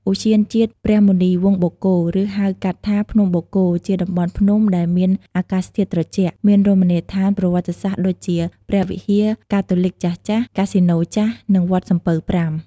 ឧទ្យានជាតិព្រះមុនីវង្សបូកគោ ឬហៅកាត់ថា ភ្នំបូកគោ ជាតំបន់ភ្នំដែលមានអាកាសធាតុត្រជាក់ មានរមណីយដ្ឋានប្រវត្តិសាស្ត្រដូចជា ព្រះវិហារកាតូលិកចាស់ៗ កាស៊ីណូចាស់ និងវត្តសំពៅប្រាំ។